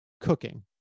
cooking